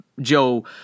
Joe